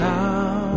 now